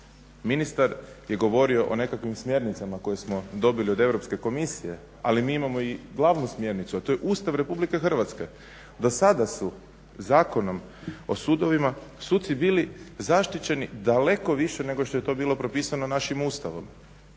Ministar je govorio o nekakvim smjernicama koje smo dobili od Europske Komisije, ali mi imamo i glavnu smjernicu, a to je Ustav Republike Hrvatske. Do sada su Zakonom o sudovima suci bili zaštićeni daleko više nego što je to bilo propisano našim Ustavom.